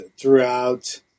throughout